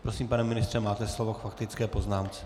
Prosím, pane ministře, máte slovo faktické poznámce.